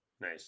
Nice